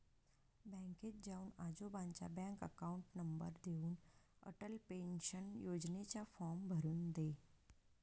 बँकेत जाऊन आजोबांचा बँक अकाउंट नंबर देऊन, अटल पेन्शन योजनेचा फॉर्म भरून दे